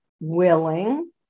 willing